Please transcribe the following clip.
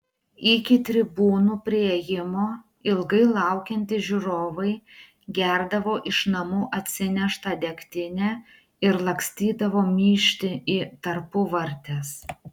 iki tribūnų priėjimo ilgai laukiantys žiūrovai gerdavo iš namų atsineštą degtinę ir lakstydavo myžti į tarpuvartes